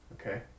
Okay